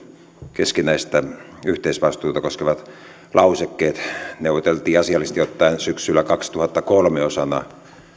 keskinäistä yhteisvastuuta koskevat lausekkeet neuvoteltiin asiallisesti ottaen syksyllä kaksituhattakolme osana